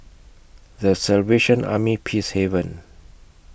The Salvation Army Peacehaven